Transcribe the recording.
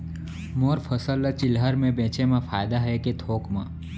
मोर फसल ल चिल्हर में बेचे म फायदा है के थोक म?